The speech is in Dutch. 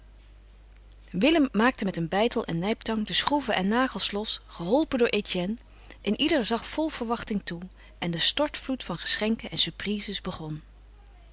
willem maakte met een beitel en nijptang de schroeven en nagels los geholpen door etienne een ieder zag vol verwachting toe en de stortvloed van geschenken en surprises begon